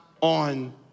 on